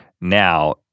now